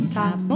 top